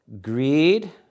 greed